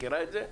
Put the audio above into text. מכירה את זה?